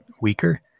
weaker